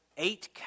Eight